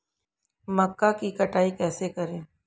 मक्का की कटाई कैसे करें?